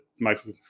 Michael